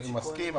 אני מסכים,